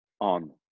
on